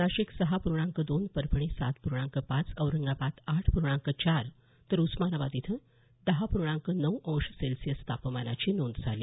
नाशिक सहा पूर्णांक दोन परभणी सात पूर्णांक पाच औरंगाबाद आठ पूर्णांक चार तर उस्मानाबाद इथं दहा पूर्णांक नऊ अंश सेल्सिअस तापमानाची नोंद झाली